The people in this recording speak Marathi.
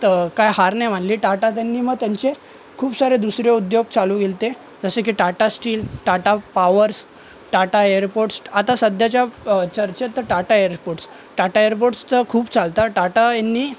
तर काही हार नाही मानली टाटा त्यांनी मग त्यांचे खूप सारे दुसरे उद्योग चालू केलते जसे की Tata steel Tata powers Tata airports आता सध्याच्या चर्चेत तर टाटा एयरपोर्ट्स टाटा एयरपोर्ट्सचं खूप चालतं टाटा यांनी